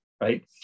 right